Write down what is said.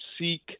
seek